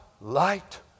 light